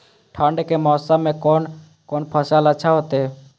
ठंड के मौसम में कोन कोन फसल अच्छा होते?